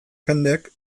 jendek